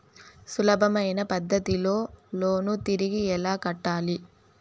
సులభమైన పద్ధతిలో లోను తిరిగి ఎలా కట్టాలి